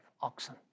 oxen